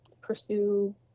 pursue